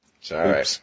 Sorry